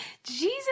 Jesus